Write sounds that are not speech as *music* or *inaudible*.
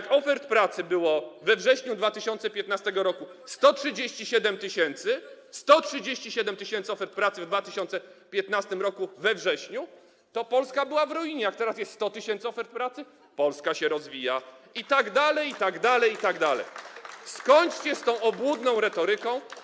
Kiedy ofert pracy było we wrześniu 2015 r. 137 tys. - 137 tys. ofert pracy w 2015 r. we wrześniu - to Polska była w ruinie, jak teraz jest 100 tys. ofert pracy, to Polska się rozwija, *applause* itd., itd., itd. Skończcie z tą obłudną retoryką.